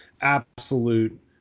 Absolute